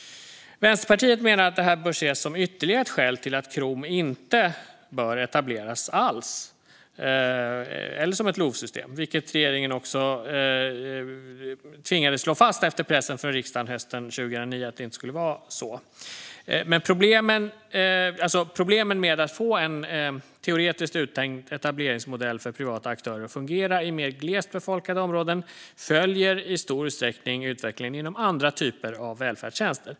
Vänsterpartiet menar att det bör ses som ytterligare ett skäl till att Krom inte alls bör etableras eller som ett LOV-system. Det tvingades också regeringen att slå fast efter pressen från riksdagen hösten 2019. Problemen med att få en teoretiskt uttänkt etableringsmodell för privata aktörer att fungera i mer glest befolkade områden följer i stor utsträckning utvecklingen inom andra typer av välfärdstjänster.